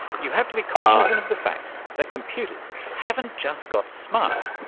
you have to be cognisant of the fact that computers haven't just got smart,